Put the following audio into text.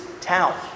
town